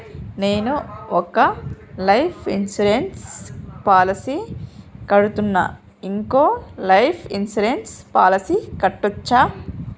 నేను ఒక life insurance policy కడ్తున్నా, ఇంకో లైఫ్ ఇన్సూరెన్స్ పాలసీ కట్టొచ్చా?